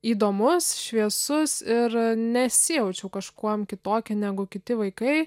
įdomus šviesus ir nesijaučiau kažkuom kitokia negu kiti vaikai